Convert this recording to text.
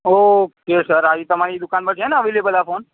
okay sir આજે તમારી દુકાનમાં છે ને અવેલેબલ આ ફોન